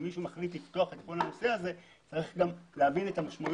אם מישהו מחליט לפתוח את כל הנושא הזה צריך גם להבין את המשמעות.